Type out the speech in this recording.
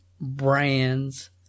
brands